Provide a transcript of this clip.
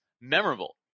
memorable